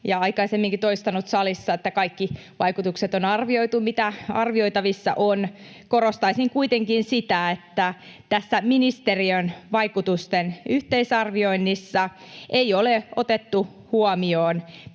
ja aikaisemminkin toistanut salissa, että on arvioitu kaikki vaikutukset, mitä arvioitavissa on. Korostaisin kuitenkin, että tässä ministeriön vaikutusten yhteisarvioinnissa ei ole otettu huomioon